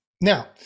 Now